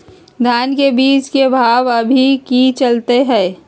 धान के बीज के भाव अभी की चलतई हई?